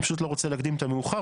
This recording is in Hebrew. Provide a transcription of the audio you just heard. אני פשוט לא רוצה להקדים את המאוחר,